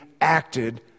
acted